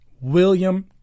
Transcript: William